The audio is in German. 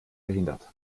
verhindert